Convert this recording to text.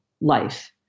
life